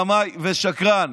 רמאי ושקרן.